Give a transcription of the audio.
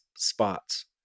spots